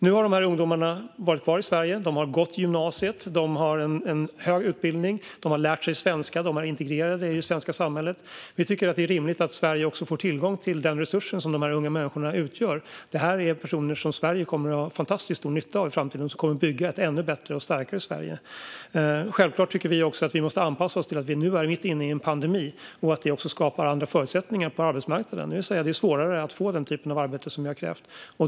Nu har de här ungdomarna varit kvar i Sverige. De har gått i gymnasiet. De har en hög utbildning. De har lärt sig svenska och är integrerade i det svenska samhället. Vi tycker därför att det är rimligt att Sverige också får tillgång till den resurs som dessa unga människor utgör. Det här är personer som Sverige kommer att ha fantastiskt stor nytta av i framtiden och som kommer att bygga ett ännu bättre och starkare Sverige. Självklart tycker vi också att vi måste anpassa oss till att vi är mitt inne i en pandemi och att detta skapar andra förutsättningar på arbetsmarknaden, det vill säga det är svårare att få den typen av anställning som vi har krävt.